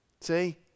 See